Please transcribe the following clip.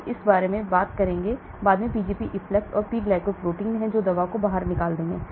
मैं इस बारे में बात करूंगा कि बाद में Pgp इफ्लक्स और P ग्लाइकोप्रोटीन हैं जो दवा को बाहर फेंक देंगे